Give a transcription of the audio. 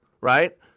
right